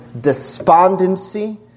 despondency